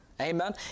Amen